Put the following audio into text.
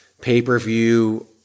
pay-per-view